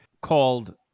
called